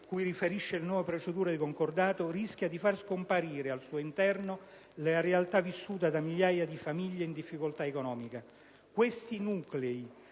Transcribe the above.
cui riferire le nuove procedure di concordato, rischia di far scomparire al suo interno la realtà vissuta da migliaia di famiglie in difficoltà economica. Questi nuclei,